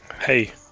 hey